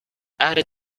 added